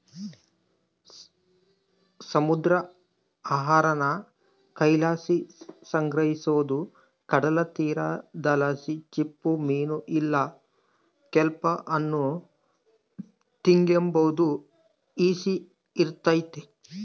ಸಮುದ್ರ ಆಹಾರಾನ ಕೈಲಾಸಿ ಸಂಗ್ರಹಿಸೋದು ಕಡಲತೀರದಲಾಸಿ ಚಿಪ್ಪುಮೀನು ಇಲ್ಲ ಕೆಲ್ಪ್ ಅನ್ನು ಎತಿಗೆಂಬಾದು ಈಸಿ ಇರ್ತತೆ